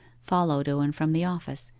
followed owen from the office,